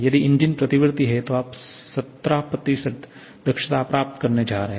यदि इंजन प्रतिवर्ती है तो आप 70 दक्षता प्राप्त करने जा रहे हैं